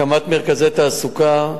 הקמת מרכזי תעסוקה,